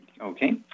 Okay